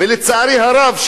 ולצערי הרב,